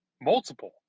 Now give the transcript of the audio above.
Multiple